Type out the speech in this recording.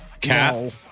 Cat